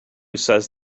says